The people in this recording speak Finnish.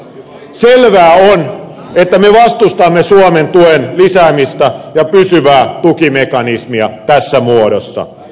selvää on että me vastustamme suomen tuen lisäämistä ja pysyvää tukimekanismia tässä muodossa